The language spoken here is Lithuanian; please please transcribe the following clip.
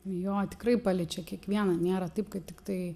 jo tikrai paliečia kiekvieną nėra taip kad tiktai